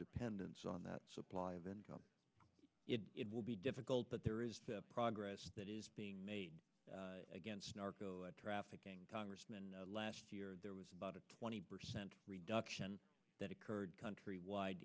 dependence on that supply of income it will be difficult but there is progress that is being made against narco trafficking congressman last year there was about a twenty percent reduction that occurred countrywide